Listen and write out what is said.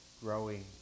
growing